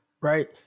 right